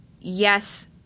yes